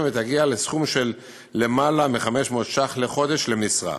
ותגיע לסכום של למעלה מ-500 ש"ח לחודש למשרה.